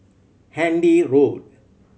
Handy Road